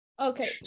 okay